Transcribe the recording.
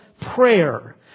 prayer